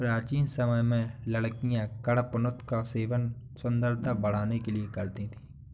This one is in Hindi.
प्राचीन समय में लड़कियां कडपनुत का सेवन सुंदरता बढ़ाने के लिए करती थी